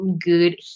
good